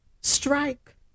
Strike